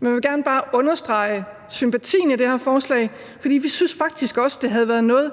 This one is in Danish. Men jeg vil bare gerne understrege sympatien for det her forslag, fordi vi faktisk også synes, at det havde været ret